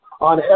on